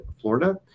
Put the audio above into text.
Florida